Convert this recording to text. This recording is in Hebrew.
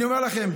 אני אומר לכם,